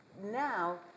Now